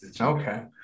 okay